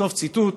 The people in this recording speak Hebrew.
סוף ציטוט.